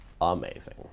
Amazing